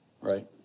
right